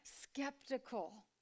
skeptical